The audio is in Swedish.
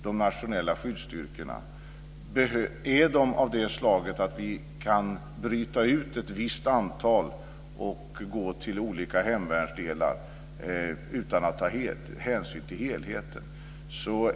Är materielen av det slaget att vi kan bryta ut ett visst antal pjäser som kan gå till olika hemvärnsdelar utan att vi tar hänsyn till helheten?